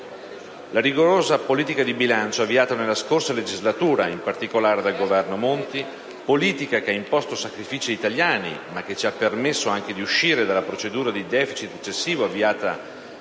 La rigorosa politica di bilancio avviata nella scorsa legislatura, in particolare dal Governo Monti, politica che ha imposto sacrifici agli italiani, ma che ci ha permesso anche di uscire dalla procedura di *deficit* eccessivo avviata nel